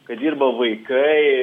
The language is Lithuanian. kad dirba vaikai